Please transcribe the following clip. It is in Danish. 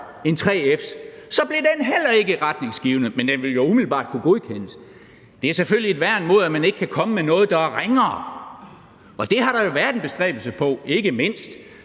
end 3F's, blev den heller ikke retningsgivende, men den ville jo umiddelbart kunne godkendes. Det er selvfølgelig et værn imod at kunne komme med noget, der er ringere, og det har der jo været en bestræbelse på, ikke mindst